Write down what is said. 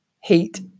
heat